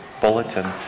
bulletin